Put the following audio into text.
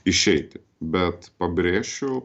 išeiti bet pabrėšiu